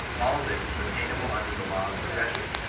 all this is attainable under the law of pro gression.